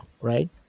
right